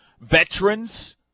veterans